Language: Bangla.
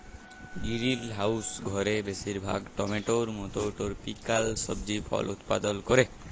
গিরিলহাউস ঘরে বেশিরভাগ টমেটোর মত টরপিক্যাল সবজি ফল উৎপাদল ক্যরা